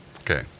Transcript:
Okay